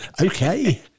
Okay